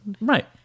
Right